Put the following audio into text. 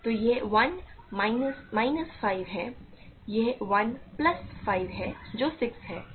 तो यह 1 minus minus 5 है यह 1प्लस 5 है जो 6 है